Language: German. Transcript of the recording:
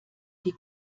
die